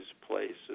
places